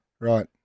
Right